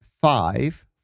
five